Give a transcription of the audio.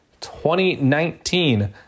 2019